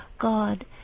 God